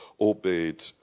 obeyed